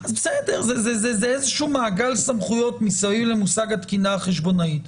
זה איזשהו מעגל סמכויות מסביב למושג התקינה החשבונאית.